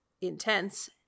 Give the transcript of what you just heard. intense